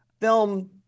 film